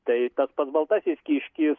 tai tas pats baltasis kiškis